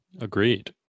Agreed